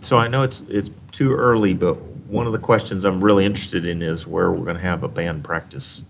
so, i know it's it's too early, but one of the questions i'm really interested in is where we're going to have a band practice